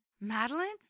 Madeline